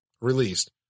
released